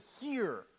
hear